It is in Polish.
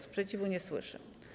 Sprzeciwu nie słyszę.